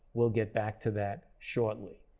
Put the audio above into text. we'll get back to that shortly.